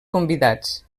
convidats